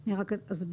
אני רק אסביר.